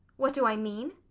what do i mean?